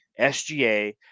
SGA